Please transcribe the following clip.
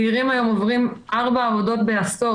צעירים היום עוברים ארבע עבודות בעשור,